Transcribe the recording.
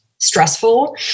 stressful